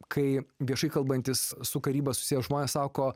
kai viešai kalbantis su karyba susiję žmonės sako